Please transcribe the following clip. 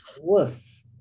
worse